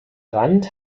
rand